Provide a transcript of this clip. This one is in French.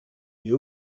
mais